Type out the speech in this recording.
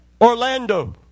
Orlando